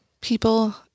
people